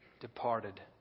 departed